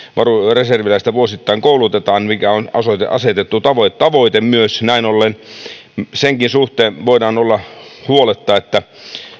reserviläistä vuosittain koulutetaan mikä on näin ollen myös asetettu tavoite tavoite senkin suhteen voidaan olla huoletta että